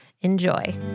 enjoy